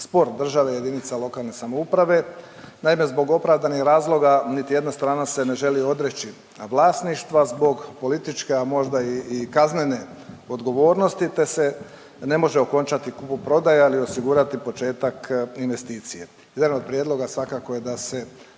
spor države jedinica lokalne samouprave. Naime, zbog opravdanih razloga niti jedna strana se ne želi odreći vlasništva zbog političke, a možda i kaznene odgovornosti te se ne može okončati kupoprodaja ili osigurati početak investicije. Jedan od prijedloga svakako je da se